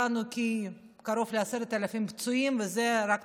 יהיו לנו קרוב ל-10,000 פצועים, וזו רק תחזית.